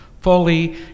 Fully